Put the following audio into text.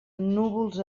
núvols